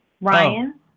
Ryan